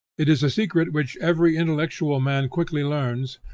it is a secret which every intellectual man quickly learns,